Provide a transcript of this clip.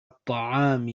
الطعام